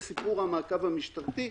בסיפור המעקב המשטרתי.